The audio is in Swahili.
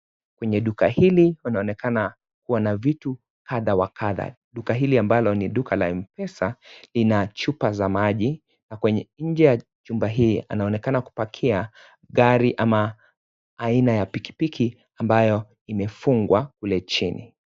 Kwenye duka hili panaonekana kuwa na vitu kadha wa kadha. Duka hili ambalo ni duka la M-pesa lina chupa za maji na kwenye nje ya jumba hii anaonekana kupakia gari au aina ya pikipiki ambayo imefungwa kule chini.